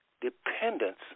dependence